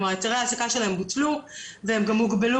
היתרי ההעסקה שלהם בוטלו והם גם הוגבלו